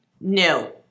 No